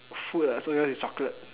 food ah so yours is chocolate